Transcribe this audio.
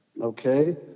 Okay